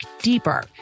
deeper